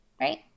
Right